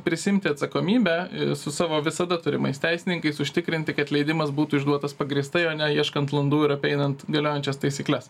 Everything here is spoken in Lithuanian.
prisiimti atsakomybę su savo visada turimais teisininkais užtikrinti kad leidimas būtų išduotas pagrįstai o ne ieškant landų ir apeinant galiojančias taisykles